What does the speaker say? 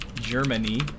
Germany